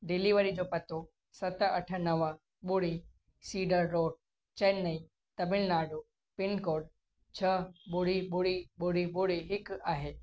delivery जो पतो सत अठ नव ॿुड़ी cedar road Chennai Tamil Nadu pin code छह ॿुड़ी ॿुड़ी ॿुड़ी ॿुड़ी हिकु आहे